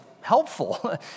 helpful